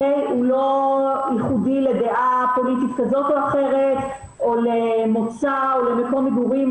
הוא לא ייחודי לדעה פוליטית כזאת או אחרת או למוצא או מקום מגורים,